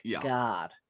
God